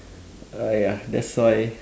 uh ya that's why